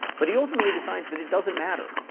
but he ultimately decides that it doesn't matter.